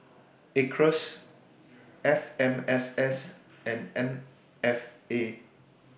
Acres F M S S and M F A